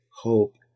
hope